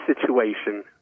situation